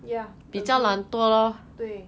ya agree 对